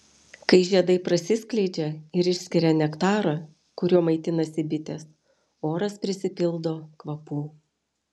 kai žiedai prasiskleidžia ir išskiria nektarą kuriuo maitinasi bitės oras prisipildo kvapų